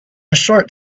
short